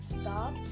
stop